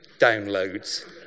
downloads